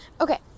Okay